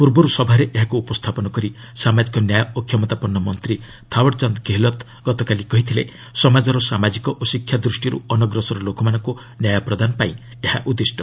ପୂର୍ବରୁ ସଭାରେ ଏହାକୁ ଉପସ୍ଥାପନ କରି ସାମାଜିକ ନ୍ୟାୟ ଓ କ୍ଷମତାପନ୍ନ ମନ୍ତ୍ରୀ ଥାଓଡ୍ଚାନ୍ଦ ଗେହେଲତ୍ କହିଥିଲେ ସମାଜର ସାମାଜିକ ଓ ଶିକ୍ଷା ଦୃଷ୍ଟିରୁ ଅନଗ୍ରସର ଲୋକମାନଙ୍କୁ ନ୍ୟାୟ ପ୍ରଦାନ ପାଇଁ ଏହା ଉଦ୍ଦିଷ୍ଟ